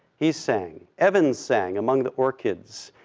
he sang, evans sang among the orchids,